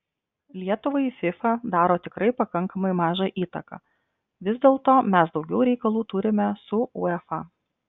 lietuvai fifa daro tikrai pakankamai mažą įtaką vis dėlto mes daugiau reikalų turime su uefa